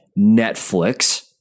Netflix